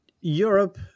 Europe